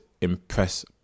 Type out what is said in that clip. impress